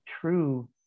true